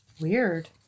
Weird